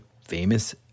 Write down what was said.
famous